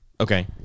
Okay